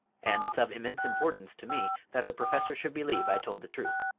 and it's of immense importance to me that the professor should believe i told the truth.